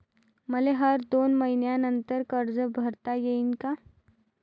मले हर दोन मयीन्यानंतर कर्ज भरता येईन का?